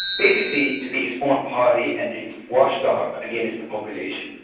basically, to be his own party and he's watch dog against the population.